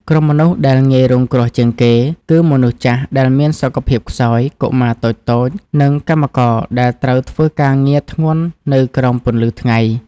ក្រុមមនុស្សដែលងាយរងគ្រោះជាងគេ គឺមនុស្សចាស់ដែលមានសុខភាពខ្សោយ កុមារតូចៗ និងកម្មករដែលត្រូវធ្វើការងារធ្ងន់នៅក្រោមពន្លឺថ្ងៃ។